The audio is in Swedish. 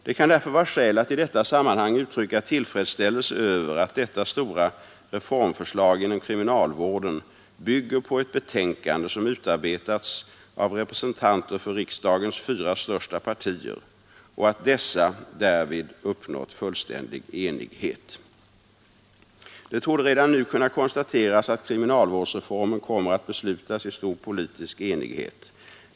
Det kan därför vara skäl att i detta sammanhang uttrycka tillfredsställelse över att detta stora reformförslag inom kriminalvården bygger på ett betänkande som utarbetats av representanter för riksdagens fyra största partier och att dessa därvid uppnått fullständig enighet. Det torde redan nu kunna konstateras att kriminalvårdsreformen kommer att beslutas i stor politisk enighet.